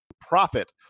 profit